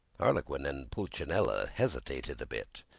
harlequin and pulcinella hesitated a bit.